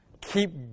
keep